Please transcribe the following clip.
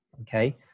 Okay